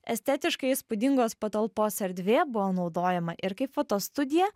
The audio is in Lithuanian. estetiškai įspūdingos patalpos erdvė buvo naudojama ir kaip fotostudija